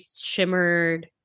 shimmered